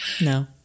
No